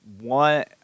one